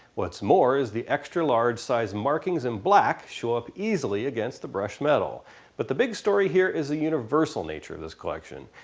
what's more is the extra large size markings in black, show up against the brushed metal but the big story here is the universal nature of this collection,